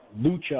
Lucha